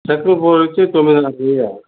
second ఫ్లోరొచ్చి తొమ్మిదిన్నర వెయ్య